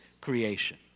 creation